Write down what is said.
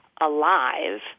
alive